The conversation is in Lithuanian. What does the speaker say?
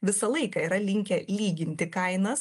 visą laiką yra linkę lyginti kainas